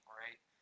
right